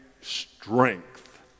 strength